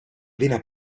vena